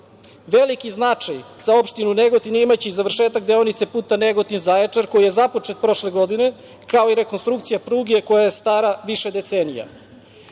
značaj za opštinu Negotin imaće i završetak deonice puta Negotin-Zaječar koji je započet prošle godine, kao i rekonstrukcija pruge koja je stara više decenija. Samo